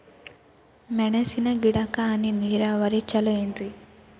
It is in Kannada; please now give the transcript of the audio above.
ಮೆಣಸಿನ ಗಿಡಕ್ಕ ಹನಿ ನೇರಾವರಿ ಛಲೋ ಏನ್ರಿ?